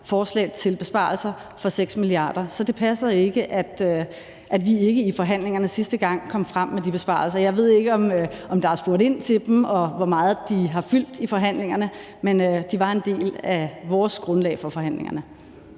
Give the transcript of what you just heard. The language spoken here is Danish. forslag til besparelser for 6 mia. kr. Så det passer ikke, at vi ikke i forhandlingerne sidste gang kom frem med de besparelser. Jeg ved ikke, om der er spurgt ind til dem, og hvor meget de har fyldt i forhandlingerne, men de var en del af vores grundlag for forhandlingerne.